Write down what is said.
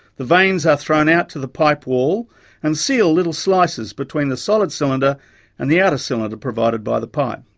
the vanes are thrown out to the pipe wall and seal little slices between the solid cylinder and the outer cylinder provided by the pipe.